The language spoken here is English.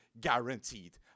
guaranteed